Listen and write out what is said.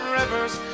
rivers